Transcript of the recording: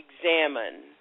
examine